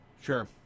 Sure